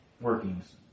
workings